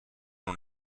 non